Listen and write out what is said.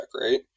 right